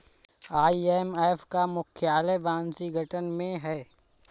IMF का मुख्यालय Washington में है